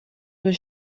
was